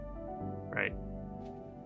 right